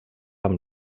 amb